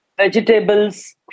vegetables